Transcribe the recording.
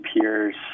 peers